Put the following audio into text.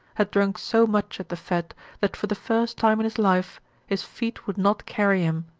had drunk so much at the fete that for the first time in his life his feet would not carry him,